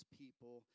people